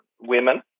women